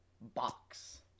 box